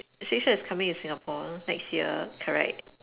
Shake-Shack is coming to Singapore next year correct